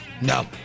No